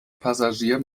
passagier